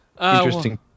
Interesting